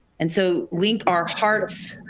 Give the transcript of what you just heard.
and so link our hearts,